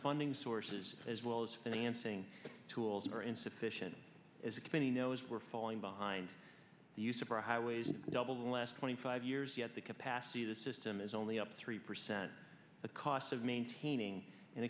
funding sources as well as financing tools are insufficient as a company knows we're falling behind the use of our highways doubled in the last twenty five years yet the capacity of the system is only up three percent the cost of maintaining and